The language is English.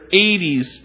80s